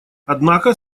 однако